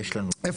איפה